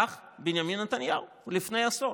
כך בנימין נתניהו לפני עשור,